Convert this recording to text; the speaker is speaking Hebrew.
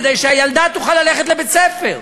כדי שהילדה תוכל ללכת לבית-ספר.